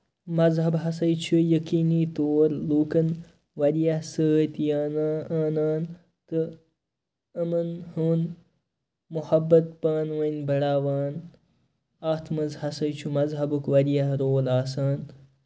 مَزہَب ہسا چھُ یَقیٖنی طور لوٗکَن واریاہ سۭتۍ یہِ اَنان آنان تہٕ یِمَن ہُند مُحبت پانہٕ ؤنۍ بَڑاوان اَتھ منٛز ہسا چھُ مَزہَبُک واریاہ رول آسان